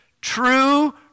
true